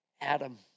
Adam